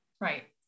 Right